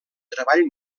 treballs